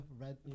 red